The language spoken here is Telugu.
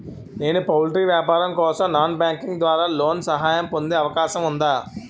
నేను పౌల్ట్రీ వ్యాపారం కోసం నాన్ బ్యాంకింగ్ ద్వారా లోన్ సహాయం పొందే అవకాశం ఉందా?